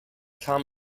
kam